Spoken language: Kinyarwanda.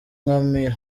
nkamira